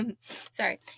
Sorry